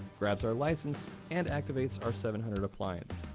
grabs our license and activates our seven hundred appliance.